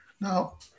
Now